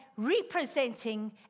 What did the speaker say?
Representing